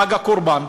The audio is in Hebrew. חג הקורבן,